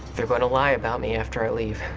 they're going to lie about me after i leave.